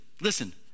listen